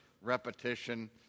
repetition